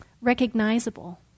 recognizable